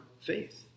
faith